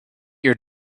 your